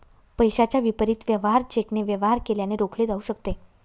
पैशाच्या विपरीत वेवहार चेकने वेवहार केल्याने रोखले जाऊ शकते